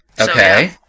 Okay